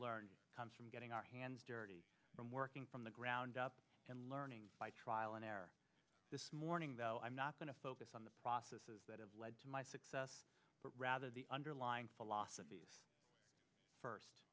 learned comes from getting our hands dirty from working from the ground up and learning by trial and error this morning though i'm not going to focus on the processes that have led to my success but rather the underlying philosophy first